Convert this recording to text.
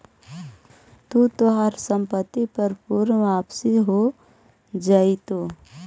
तू तोहार संपत्ति पर पूर्ण वापसी हो जाएतो